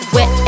Wet